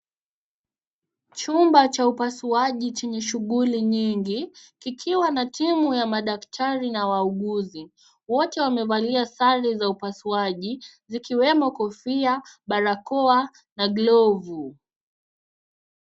Chumba cha upasuaji kimejaa shuguli nyingi kikiwa na timu ya madaktari na wauguzi. Wote wamevalia sare za upasuaji zikiwemo kofia, barakoa na glovu.